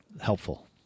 Helpful